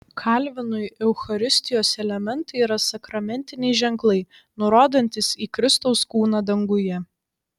kalvinui eucharistijos elementai yra sakramentiniai ženklai nurodantys į kristaus kūną danguje